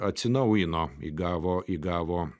atsinaujino įgavo įgavo